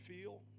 feel